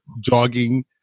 jogging